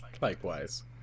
likewise